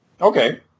Okay